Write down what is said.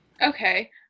Okay